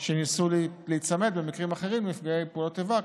שניסו להיצמד במקרים אחרים לנפגעי פעולות איבה,